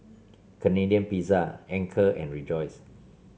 Canadian Pizza Anchor and Rejoice